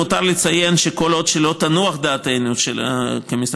למותר לציין שכל עוד לא תנוח דעתנו כמשרד